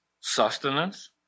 sustenance